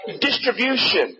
distribution